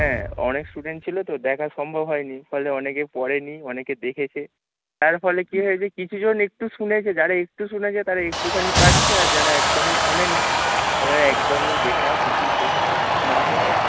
হ্যাঁ অনেক স্টুডেন্ট ছিলো তো দেখা সম্ভব হয় নি ফলে অনেকে পড়ে নি অনেকে দেখেছে তার ফলে কী হয়েছে কিছু জন একটু শুনেছে যারা একটু শুনেছে তারা একটুখানি পারছে আর যারা একদমই শোনে নি তারা একদমই বেকার কিছুই পড়ছে না নামে